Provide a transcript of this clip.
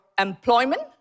employment